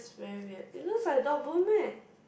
very weird it looks like a dog bone meh